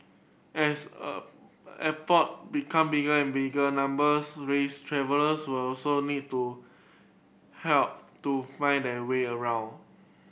as a airport become bigger and bigger numbers rise travellers will also need to help to find their way around